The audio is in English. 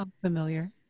familiar